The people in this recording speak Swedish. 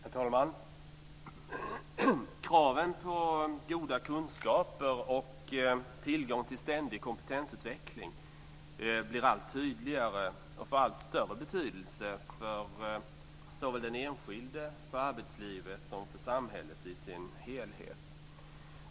Herr talman! Kraven på goda kunskaper och tillgång till ständig kompetensutveckling blir allt tydligare och får allt större betydelse för såväl den enskilde som för arbetslivet och samhället i dess helhet.